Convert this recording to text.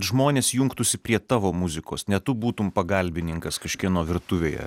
žmonės jungtųsi prie tavo muzikos ne tu būtum pagalbininkas kažkieno virtuvėje